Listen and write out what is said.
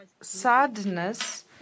Sadness